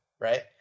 right